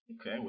Okay